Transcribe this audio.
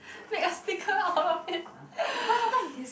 make a sticker out of it